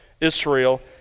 Israel